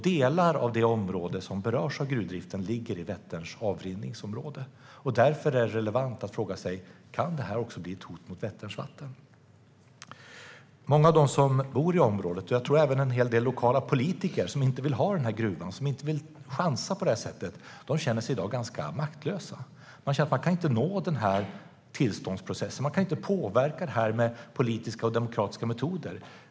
Delar av det område som berörs av gruvdriften ligger i Vätterns avrinningsområde. Därför är det relevant att fråga sig: Kan det här bli ett hot mot Vätterns vatten? Många av dem som bor i området och även en hel del lokala politiker vill inte ha gruvan, vill inte chansa på det här sättet. De känner sig i dag ganska maktlösa. De kan inte nå tillståndsprocessen och inte påverka den med politiska och demokratiska metoder.